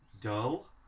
dull